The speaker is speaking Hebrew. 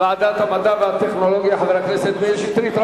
ועדת המדע והטכנולוגיה, חבר הכנסת מאיר שטרית.